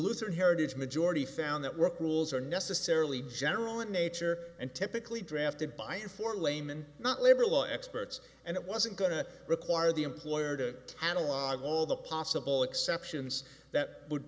lutheran heritage majority found that work rules are necessarily general in nature and typically drafted by and for laymen not labor law experts and it wasn't going to require the employer to analog all the possible exceptions that would